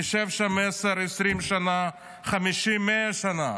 נשב שם עשר, 20 שנה, 50, 100 שנה.